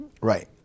right